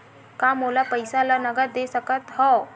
का मोला पईसा ला नगद दे सकत हव?